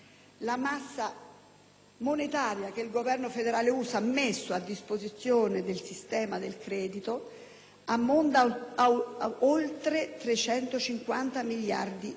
monetaria che il Governo federale USA ha messo a disposizione del sistema del credito ammonta a ulteriori 350 miliardi di dollari.